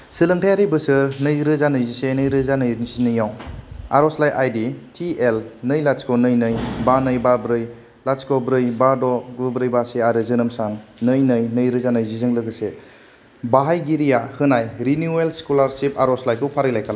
सोलोंथायारि बोसोर नैरोजा नैजिसे नैरोजा नैजिनैआव आर'जलाइ आइडी टि एल नै लाथिख' नै नै बा नै बा ब्रै लाथिख' ब्रै बा द' गु ब्रै बा से आरो जोनोम सान नै नै नैरोजा नैजिजों लोगोसे बाहायगिरिया होनाय रिनिउयेल स्कलारसिप आरजलाइखौ फारिलाइ खालाम